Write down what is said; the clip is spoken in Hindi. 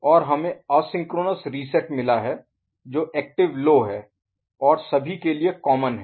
और हमें असिंक्रोनस रीसेट मिला है जो एक्टिव लो है और सभी के लिए कॉमन है